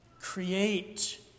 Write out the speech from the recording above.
Create